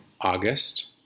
August